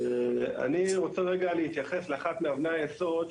אני רוצה רגע להתייחס לאחד מאבני היסוד,